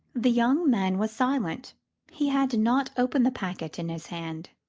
the young man was silent he had not opened the packet in his hand.